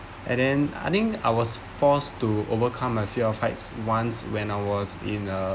and then I think I was forced to overcome my fear of heights once when I was in a